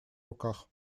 руках